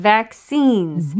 Vaccines